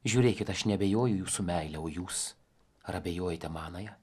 žiūrėkit aš neabejoju jūsų meile o jūs ar abejojate manąja